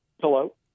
Hello